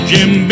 Jim